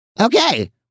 Okay